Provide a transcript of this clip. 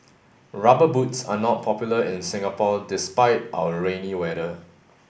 rubber boots are not popular in Singapore despite our rainy weather